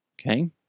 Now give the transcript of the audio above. Okay